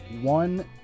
one